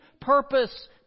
purpose